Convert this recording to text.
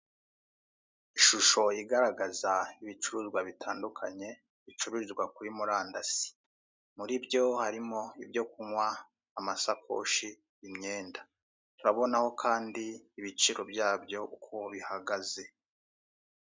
Ishusho igaragaza ibicuruzwa bitandukanye bicururizwa kuri murandasi, muri byo harimo ibyo kunywa, amasakoshi imyenda. Turabonaho kandi ibiciro byabyo uko bihagaze.